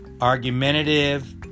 Argumentative